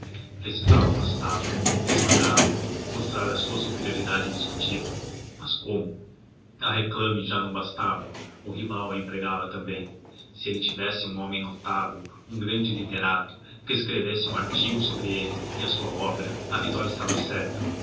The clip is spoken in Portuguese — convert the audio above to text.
precisava afastá lo esmagá lo mostrar a sua superioridade indiscutível mas como a réclame já não bastava o rival a empregava também se ele tivesse um homem notável um grande literato que escrevesse um artigo sobre ele e a sua obra a vitória estava certa